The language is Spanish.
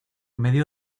medio